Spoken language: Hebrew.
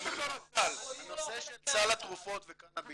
--- הנושא של סל התרופות וקנאביס